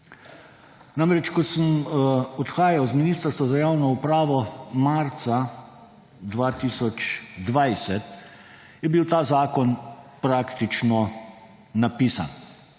Namreč, ko sem odhajal z Ministrstva za javno upravo marca 2020, je bil ta zakon praktično napisan,